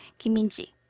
kim min-ji,